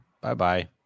Bye-bye